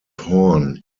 horn